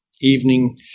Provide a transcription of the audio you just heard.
evening